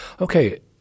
Okay